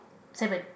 seven